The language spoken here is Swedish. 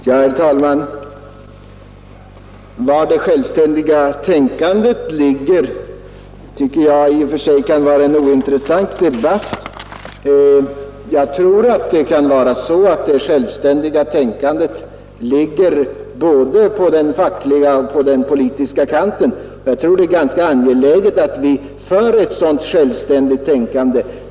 Herr talman! Att diskutera var det självständiga tänkandet finns tycker jag i och för sig är ganska ointressant. Jag tror att det kan vara så att det självständiga tänkandet finns både på den fackliga och på den politiska kanten. Det är enligt min mening angeläget att det förekommer ett sådant självständigt tänkande.